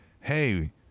hey